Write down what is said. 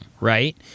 right